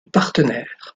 partenaire